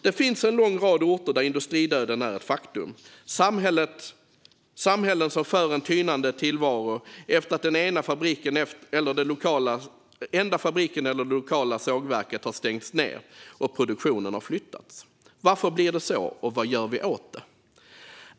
Det finns en lång rad orter där industridöden är ett faktum - samhällen som för en tynande tillvaro efter att den enda fabriken eller det lokala sågverket har stängts ned och produktionen flyttats. Varför blir det så? Och vad gör vi åt det?